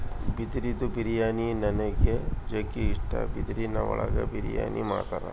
ಬಿದಿರಿಂದು ಬಿರಿಯಾನಿ ನನಿಗ್ ಜಗ್ಗಿ ಇಷ್ಟ, ಬಿದಿರಿನ್ ಒಳಗೆ ಬಿರಿಯಾನಿ ಮಾಡ್ತರ